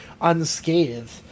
unscathed